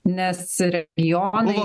nes repri jonai